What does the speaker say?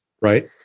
Right